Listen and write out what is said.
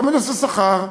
גם בנושא השכר,